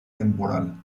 temporal